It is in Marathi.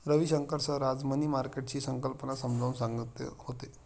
रविशंकर सर आज मनी मार्केटची संकल्पना समजावून सांगत होते